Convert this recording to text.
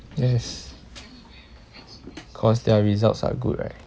yes cause their results are good right